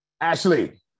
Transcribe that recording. Ashley